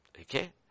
okay